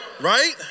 Right